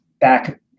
Back